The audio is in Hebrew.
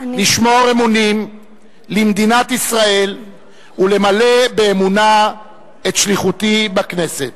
לשמור אמונים למדינת ישראל ולמלא באמונה את שליחותי בכנסת".